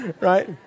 right